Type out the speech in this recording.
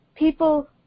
People